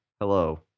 Hello